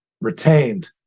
retained